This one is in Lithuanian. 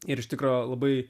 ir iš tikro labai